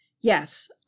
Yes